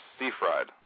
Seafried